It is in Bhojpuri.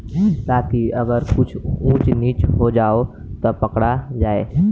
ताकि अगर कबो कुछ ऊच नीच हो जाव त पकड़ा जाए